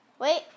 Wait